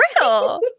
real